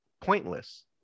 pointless